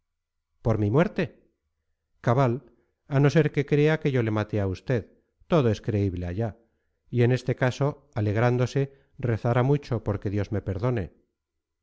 por mi muerte cabal a no ser que crea que yo le maté a usted todo es creíble allá y en este caso alegrándose rezará mucho porque dios me perdone